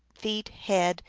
feet, head,